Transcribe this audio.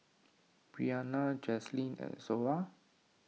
Breanna Jazlyn and Zoa